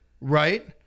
right